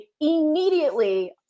immediately